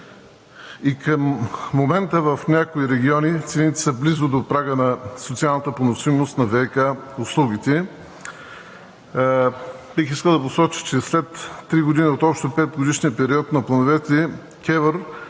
Към момента в някои региони цените са близо до прага на социалната поносимост на ВиК услугите. Бих искал да посоча, че след три години от общо петгодишния период на плановете КЕВР